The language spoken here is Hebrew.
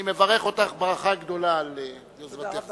אני מברך אותך ברכה גדולה על יוזמתך זו.